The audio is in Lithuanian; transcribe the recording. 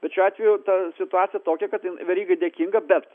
bet šiuo atveju ta situacija tokia kad jin verygai dėkinga bet